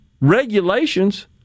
regulations